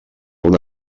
una